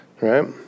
right